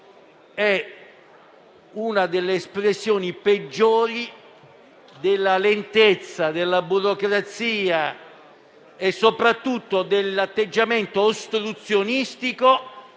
è una delle espressioni peggiori della lentezza, della burocrazia e soprattutto dell'atteggiamento ostruzionistico